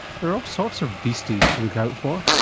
there are all sorts of beasties to look out for,